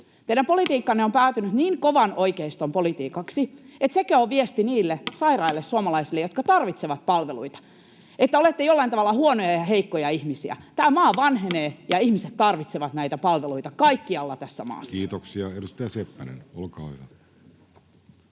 teidän politiikkanne on päätynyt niin kovan oikeiston politiikaksi, että sekö on viesti niille sairaille suomalaisille, jotka tarvitsevat palveluita, että he ovat jollain tavalla huonoja ja heikkoja ihmisiä? Tämä maa vanhenee, ja ihmiset tarvitsevat näitä palveluita kaikkialla tässä maassa. Kiitoksia. — Edustaja Seppänen, olkaa hyvä.